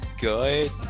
good